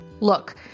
Look